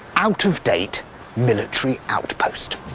out-of-date military outpost.